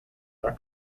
our